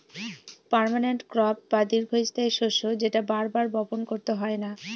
permanent crop বা দীর্ঘস্থায়ী শস্য যেটা বার বার বপন করতে হয় না